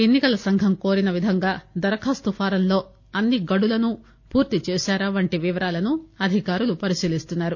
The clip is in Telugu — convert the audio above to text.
ఎన్ని కల సంఘం కోరిన విధంగా దరఖాస్తు ఫారంలో అన్ని గడులను పూర్తిచేశారా వంటి వివరాలను అధికారులు పరిశీలీస్తున్నారు